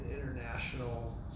international